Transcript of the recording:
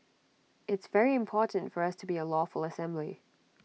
it's very important for us to be A lawful assembly